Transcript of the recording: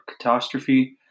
catastrophe